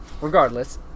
regardless